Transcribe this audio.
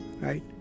right